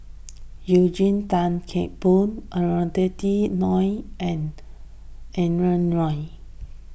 Eugene Tan Kheng Boon Norothy Ng and Adrin Loi